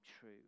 true